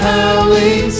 Howling